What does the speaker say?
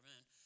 Man